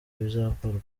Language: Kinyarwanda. bizakorwa